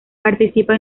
participa